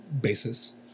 basis